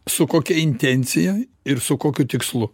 su kokia intencija ir su kokiu tikslu